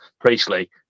Priestley